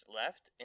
left